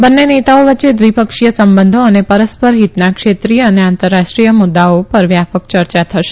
બંને નેતાઓ વચ્ચે દ્વિપક્ષીય સંબંધો અને પરસ્પર હિતના ક્ષેત્રીય અને આંતરરાષ્ટ્રીય મુદૃઓ ઉપર વ્યાપક ચર્ચા થશે